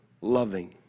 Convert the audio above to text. loving